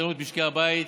"באיתנות משקי הבית,